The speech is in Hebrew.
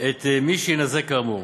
את מי שיינזק כאמור.